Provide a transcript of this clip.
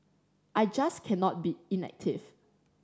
I just cannot be inactive